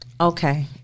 Okay